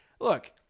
look